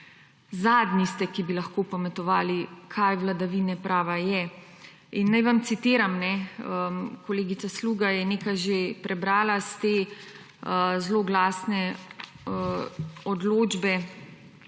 zadnji ste, ki bi lahko pametovali kaj vladavina prava je. In naj vam citiram, kolegica Sluga je nekaj že prebrala iz te zloglasne odločbe